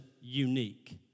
Unique